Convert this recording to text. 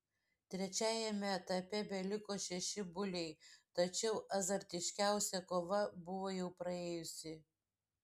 trečiajame etape beliko šeši buliai tačiau azartiškiausia kova buvo jau praėjusi